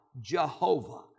Jehovah